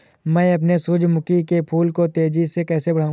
मैं अपने सूरजमुखी के फूल को तेजी से कैसे बढाऊं?